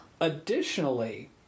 Additionally